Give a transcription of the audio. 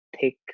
thick